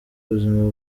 ubuzima